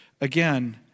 again